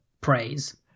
praise